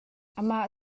amah